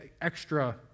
extra